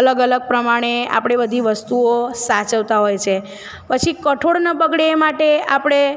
અલગ અલગ પ્રમાણે આપળે બધી વસ્તુઓ સાચવતા હોય છે પછી કઠોળ ન બગડે એ માટે આપણે